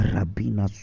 Rabina